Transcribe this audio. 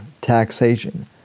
taxation